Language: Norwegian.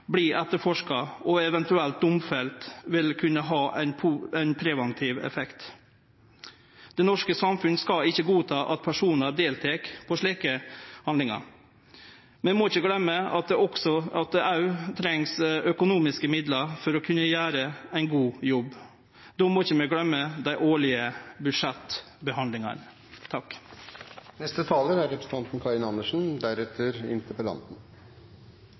etterforska og eventuelt domfelte, vil kunne ha ein preventiv effekt. Det norske samfunnet skal ikkje godta at personar deltek i slike handlingar. Vi må ikkje gløyme at det òg trengst økonomiske midlar for å kunne gjere ein god jobb. Då må vi ikkje gløyme dei årlege budsjettbehandlingane.